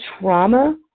trauma